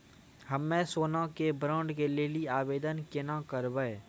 हम्मे सोना के बॉन्ड के लेली आवेदन केना करबै?